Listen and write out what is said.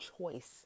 choice